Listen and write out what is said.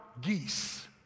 geese